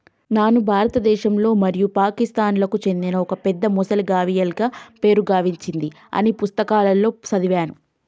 నాను భారతదేశంలో మరియు పాకిస్తాన్లకు చెందిన ఒక పెద్ద మొసలి గావియల్గా పేరు గాంచింది అని పుస్తకాలలో సదివాను